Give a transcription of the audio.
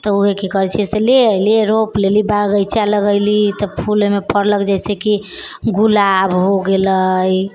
तऽ ओहे की कहैत छी से ले ऐलिऐ रोपि लेली बगैचा लगेली तब फूल एहिमे फड़लक जैसे कि गुलाब हो गेलै